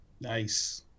Nice